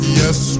yes